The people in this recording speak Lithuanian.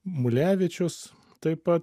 mulevičius taip pat